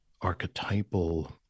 archetypal